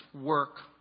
work